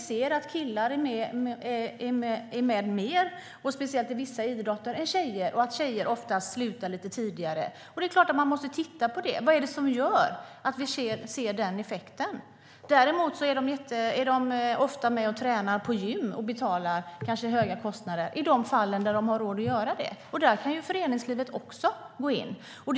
Fler killar än tjejer är med, speciellt i vissa idrotter. Tjejer slutar också med idrott tidigare. Det är klart att man måste titta på vad det är som gör att den effekten uppstår. Däremot är tjejer ofta med och tränar på gym och har kanske höga kostnader för det, om de har råd att göra det. Där kan föreningslivet också gå in.